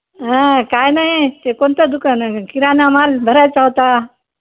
हां काय नाही ते कोणतं दुकान आहे किराणा माल भरायचा होता